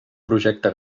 projecte